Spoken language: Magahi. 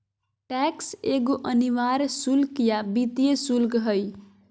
टैक्स एगो अनिवार्य शुल्क या वित्तीय शुल्क हइ